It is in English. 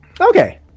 Okay